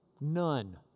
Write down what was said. None